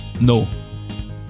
No